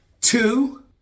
Two